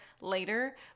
later